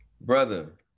brother